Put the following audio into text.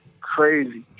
crazy